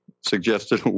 suggested